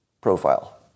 profile